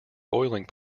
boiling